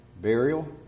burial